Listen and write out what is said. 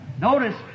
Notice